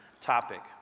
topic